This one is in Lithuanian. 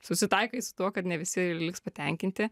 susitaikai su tuo kad ne visi liks patenkinti